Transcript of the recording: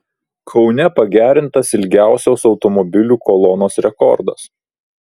kaune pagerintas ilgiausios automobilių kolonos rekordas